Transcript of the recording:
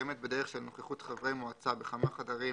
המתקיימת בדרך של נוכחות חברי המועצה בכמה חדרים